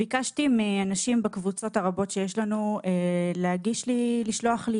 ביקשתי מאנשים בקבוצות הרבות לשלוח לי